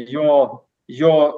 jo jo